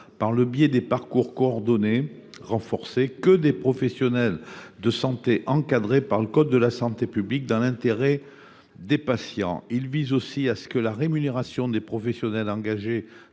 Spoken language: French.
par le biais des parcours coordonnés renforcés, que des professionnels de santé encadrés par le code de la santé publique dans l’intérêt des patients. Il a aussi pour objet que la rémunération des professionnels engagés